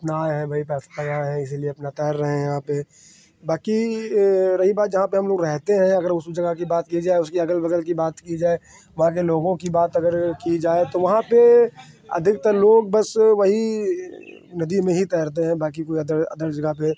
अपना रहे हैं वही रहा है इसीलिए अपना तैर रहे हैं यहाँ पे बाकी रही बात जहाँ पे हम लोग रहते हैं अगर उस जगह की बात की जाए उसके अगल बगल की बात की जाए वहाँ के लोगों की बात अगर की जाए तो वहाँ पे अधिकतर लोग बस वही नदी में ही तैरते हैं बाकी कोई अदर अदर जगह पे